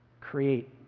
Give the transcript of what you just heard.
create